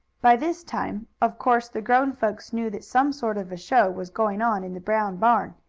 by this time, of course, the grown folks knew that some sort of a show was going on in the brown barn,